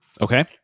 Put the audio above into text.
Okay